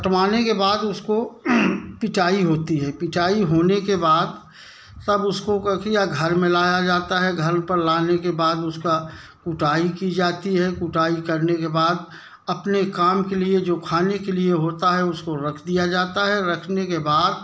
कटवाने के बाद उसको पिचाई होती है पिचाई होने के बाद तब उसको क्या किया घर में लाया जाता है घर पर लाने के बाद उसकी कुटाई की जाती है कुटाई करने के बाद अपने काम के लिए जो खाने के लिए होता है उसको रख दिया जाता है रखने के बाद